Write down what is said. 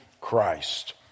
Christ